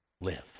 live